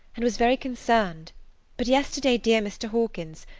and was very concerned but yesterday dear mr. hawkins,